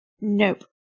Nope